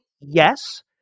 Yes